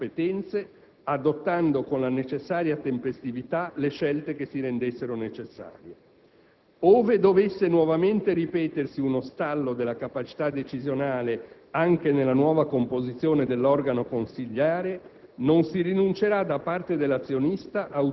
nel pieno e autonomo esercizio delle sue competenze, adottando con la necessaria tempestività le scelte che si rendessero necessarie. Ove dovesse nuovamente ripetersi uno stallo della capacità decisionale anche nella nuova composizione dell'organo consiliare,